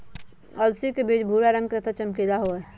अलसी के बीज भूरा रंग के तथा चमकीला होबा हई